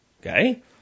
Okay